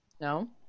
No